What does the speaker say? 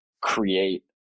create